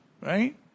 right